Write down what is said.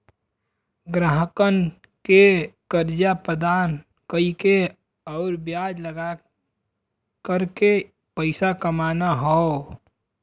ग्राहकन के कर्जा प्रदान कइके आउर ब्याज लगाके करके पइसा कमाना हौ